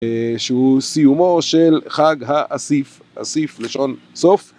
שהוא סיומו של חג האסיף, אסיף לשון סוף